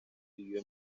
vivió